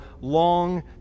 long